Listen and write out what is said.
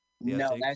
No